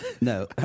No